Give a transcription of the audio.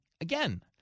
again